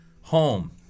home